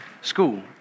School